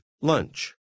lunch